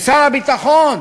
לשר הביטחון?